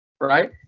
right